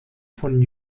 von